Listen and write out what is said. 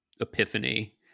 epiphany